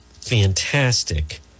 fantastic